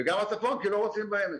וגם הצפון כי לא רוצים בעמק.